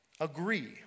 agree